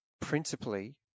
principally